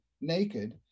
naked